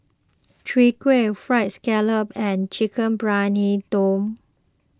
Chwee Kueh Fried Scallop and Chicken Briyani Dum